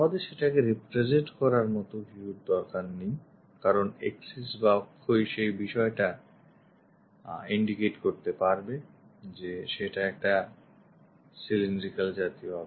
আমাদের সেটাকে represent করার মত view র দরকার নেই কারণ axis বা অক্ষই সেই বিষয়টা indicate করতে পারবে যে সেটা একটা cylinder জাতীয় object